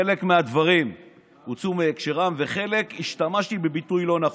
חלק מהדברים הוצאו מהקשרם ובחלק השתמשתי בביטוי לא נכון,